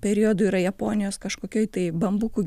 periodu yra japonijos kažkokioj tai bambukų